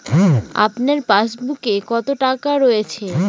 আপনার পাসবুকে কত টাকা রয়েছে?